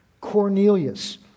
Cornelius